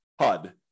HUD